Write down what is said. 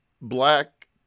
black